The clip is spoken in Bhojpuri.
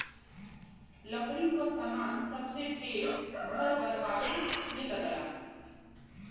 लकड़ी क सामान सबसे ढेर घर बनवाए में लगला